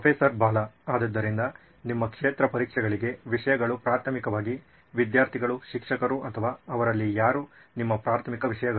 professor Bala ಆದ್ದರಿಂದ ನಿಮ್ಮ ಕ್ಷೇತ್ರ ಪರೀಕ್ಷೆಗಳಿಗೆ ವಿಷಯಗಳು ಪ್ರಾಥಮಿಕವಾಗಿ ವಿದ್ಯಾರ್ಥಿಗಳು ಶಿಕ್ಷಕರು ಅಥವಾ ಅವರಲ್ಲಿ ಯಾರು ನಿಮ್ಮ ಪ್ರಾಥಮಿಕ ವಿಷಯಗಳು